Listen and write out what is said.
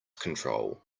control